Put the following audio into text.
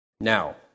Now